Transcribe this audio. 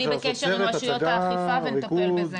אני בקשר עם רשויות האכיפה ונטפל בזה.